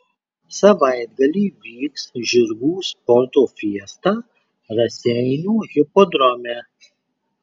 savaitgalį vyks žirgų sporto fiesta raseinių hipodrome